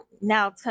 now